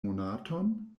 monaton